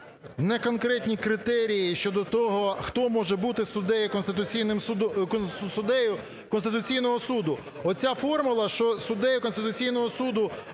неконкретні критерії щодо того, хто може бути суддею Конституційного Суду. Оця формула, що суддею Конституційного Суду